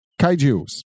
kaijus